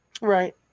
Right